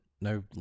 no